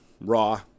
Raw